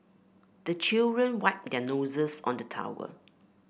the children wipe their noses on the towel